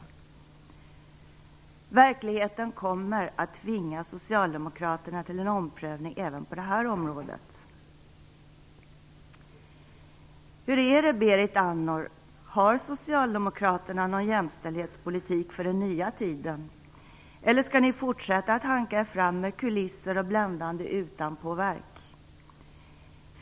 Verkligheten kommer att tvinga Socialdemokraterna till en omprövning även på det här området. Hur är det, Berit Andnor, har Socialdemokraterna någon jämställdhetspolitik för den nya tiden, eller skall ni fortsätta att hanka er fram med kulisser och bländande utanpåverk?